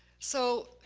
so,